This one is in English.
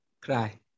cry